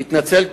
יתנצל,